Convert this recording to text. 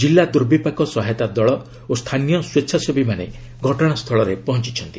ଜିଲ୍ଲା ଦୂର୍ବିପାକ ସହାୟତା ଦଳ ଓ ସ୍ଥାନୀୟ ସ୍ପେଚ୍ଛାସେବୀମାନେ ଘଟଣାସ୍ଥଳରେ ପହଞ୍ଚୁଛନ୍ତି